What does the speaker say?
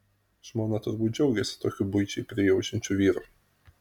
žmona turbūt džiaugiasi tokiu buičiai prijaučiančiu vyru